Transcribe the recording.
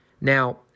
Now